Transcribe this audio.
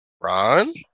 Ron